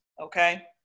okay